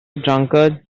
drunkard